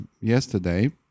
yesterday